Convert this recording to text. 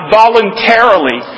voluntarily